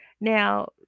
Now